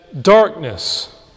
darkness